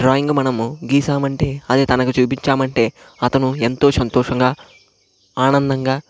drawing మనము గీసాం అంటే అది తనకి చూపించామంటే అతను ఎంతో సంతోషంగా ఆనందంగా